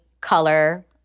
color